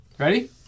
Ready